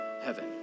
heaven